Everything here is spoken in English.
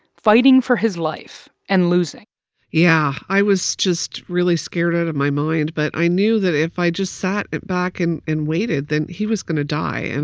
fighting for his life and losing yeah. i was just really scared out of my mind. but i knew that if i just sat back and waited, then he was going to die. and